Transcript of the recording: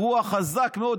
זה אירוע חזק מאוד,